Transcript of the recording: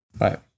right